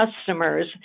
customers